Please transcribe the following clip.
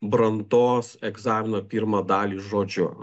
brandos egzamino pirmą dalį žodžiu